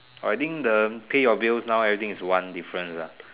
I think the pay your bills now everything is one difference lah